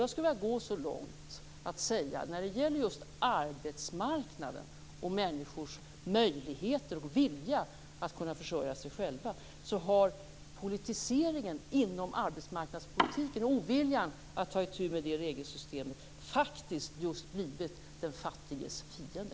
Jag skulle vilja gå så långt som att säga att när det gäller just arbetsmarknaden och människors möjlighet och vilja att kunna försörja sig själva har politiseringen inom arbetsmarknadspolitiken och oviljan att ta itu med det regelsystemet faktiskt blivit den fattiges fiende.